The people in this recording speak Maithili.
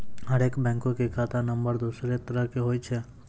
हरेक बैंको के खाता नम्बर दोसरो तरह के होय छै